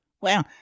Well